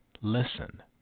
listen